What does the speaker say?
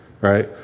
right